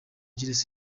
jules